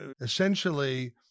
essentially